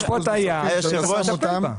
יש פה הטעיה שצריך לטפל בה.